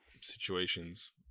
situations